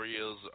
areas